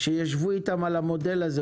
שיישבו על המודל הזה.